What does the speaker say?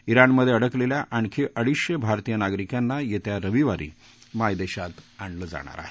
इराणमध्ये अडकलेल्या आणखी अडीचशे भारतीय नागरिकांना येत्या रविवारी मायदेशात आणलं जाणार आहे